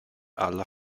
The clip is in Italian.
alla